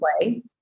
play